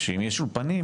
שאם יש אולפנים,